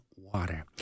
water